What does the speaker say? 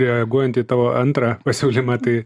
reaguojant į tavo antrą pasiūlymą tai